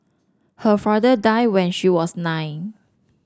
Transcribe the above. her father die when she was nine